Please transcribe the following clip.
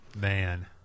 Man